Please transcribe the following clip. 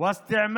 בכלים